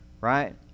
right